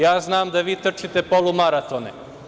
Ja znam da vi trčite polumaraton.